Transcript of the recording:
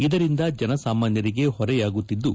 ಇದರಿಂದ ಜನಸಾಮಾನ್ಟರಿಗೆ ಹೊರೆಯಾಗುತ್ತಿದ್ದು